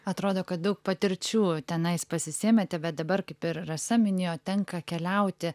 atrodo kad daug patirčių tenais pasisėmėte bet dabar kaip ir rasa minėjo tenka keliauti